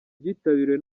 byitabiriwe